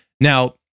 Now